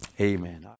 Amen